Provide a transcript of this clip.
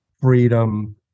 freedom